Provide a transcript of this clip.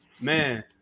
man